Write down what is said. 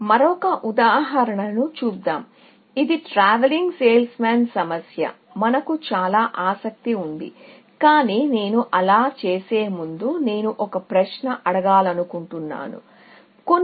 మరొక ఉదాహరణను చూద్దాం ఇది ట్రావెలింగ్ సేల్స్ మాన్ సమస్య మనకు చాలా ఆసక్తి ఉంది కానీ నేను అలా చేసే ముందు నేను ఒక ప్రశ్న అడగాలనుకుంటున్నాను కొన్ని